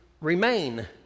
remain